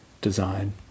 design